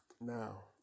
Now